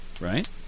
right